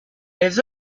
les